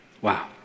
Wow